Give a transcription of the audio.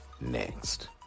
next